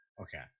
Okay